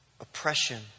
oppression